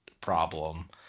problem